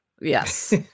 Yes